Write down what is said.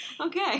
Okay